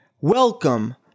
Welcome